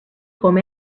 com